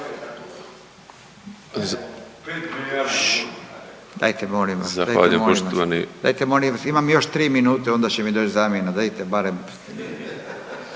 Zahvaljujem poštovani./…